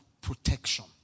protection